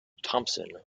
thompson